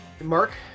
mark